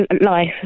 life